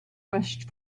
rushed